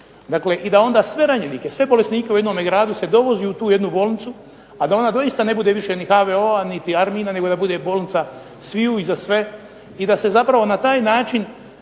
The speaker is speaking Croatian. i da onda sve ranjenike, sve bolesnike u jednome gradu se dovozi u tu jednu bolnicu, da ona doista ne bude više HVO-a niti Armijine nego da bude bolnica sviju i za sve i da se zapravo na taj način